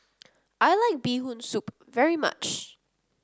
I like Bee Hoon Soup very much